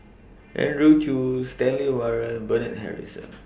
Andrew Chew Stanley Warren Bernard Harrison